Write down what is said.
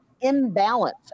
imbalance